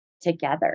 together